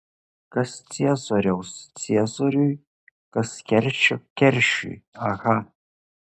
kas ciesoriaus ciesoriui kas keršio keršiui aha